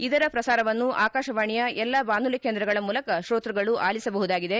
ಇದರ ಪ್ರಸಾರವನ್ನು ಆಕಾಶವಾಣಿಯ ಎಲ್ಲ ಬಾನುಲಿ ಕೇಂದ್ರಗಳ ಮೂಲಕ ಶೋತ್ವಗಳು ಆಲಿಸಬಹುದಾಗಿದೆ